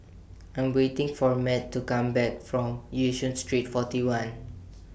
I'm waiting For Math to Come Back from Yishun Street forty one